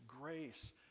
grace